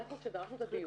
כשדרשנו את הדיון,